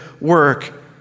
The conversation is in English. work